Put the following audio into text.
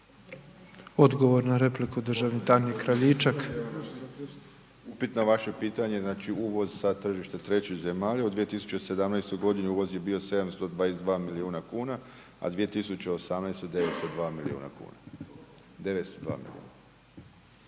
Odgovor na repliku državni tajnik Kraljičak. **Kraljičak, Željko** Upit na vaše pitanje, znači uvoz sa tržišta trećih zemalja u 2017.g. uvoz je bio 722 milijuna kuna, a 2018. 902 milijuna kuna, 902 milijuna.